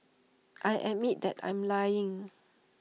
I admit that I'm lying